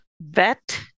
Vet